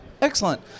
Excellent